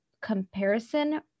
comparison